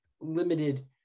limited